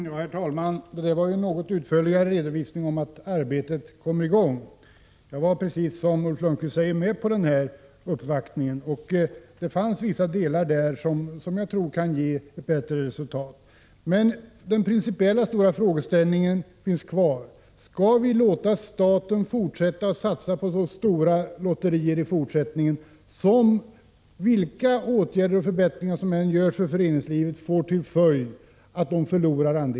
Herr talman! Detta var en något utförligare redovisning av att arbetet har kommit i gång. Jag var, precis som Ulf Lönnqvist säger, med på uppvaktningen. Det fanns vissa förslag från uppvaktningen som, tror jag, kan ge förbättringar om de genomförs. Men den stora principiella frågeställningen finns kvar: Skall vi låta staten fortsätta att satsa på stora lotterier, som får till följd att föreningslivet förlorar andelar — vilka åtgärder och förbättringar som än vidtas för föreningslivet?